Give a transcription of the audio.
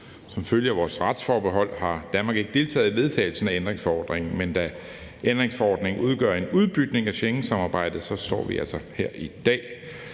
Som følge af vores retsforbehold har Danmark ikke deltaget i vedtagelsen af ændringsforordningen, men da ændringsforordningen udgør en udbygning af Schengensamarbejdet, står vi altså her i dag.